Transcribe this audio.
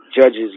judges